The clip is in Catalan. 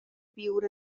viure